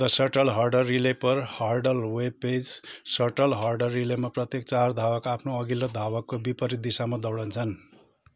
the shuttle hurdle relay पर hurdle webpage shuttle hurdle रिलेमा प्रत्येक चार धावक आफ्नो अघिल्लो धावकको विपरीत दिशामा दौडन्छन्